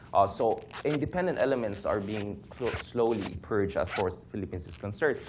so independent elements are being slowly purged, as far as the philippines is concerned.